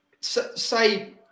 say